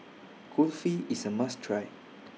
Kulfi IS A must Try